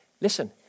Listen